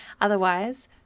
Otherwise